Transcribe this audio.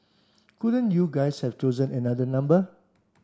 couldn't you guys have chosen another number